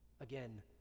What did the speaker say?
Again